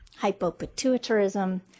hypopituitarism